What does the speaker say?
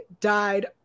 died